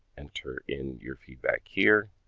enter in your feedback here,